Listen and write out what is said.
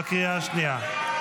בקריאה השנייה.